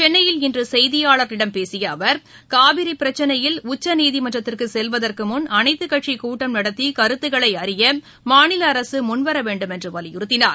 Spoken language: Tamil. சென்னையில் இன்று செய்தியாளர்களிடம் பேசிய அவர் காவிரி பிரச்சினையில் உச்சநீதிமன்றத்திற்கு செல்வதற்கு முன் அனைத்துக் கட்சி கூட்டம் நடத்தி கருத்துக்களை அறிய மாநில அரசு முன்வர வேண்டும் என்று வலியுறக்தினார்